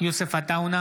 יוסף עטאונה,